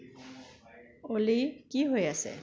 অ'লি কি হৈ আছে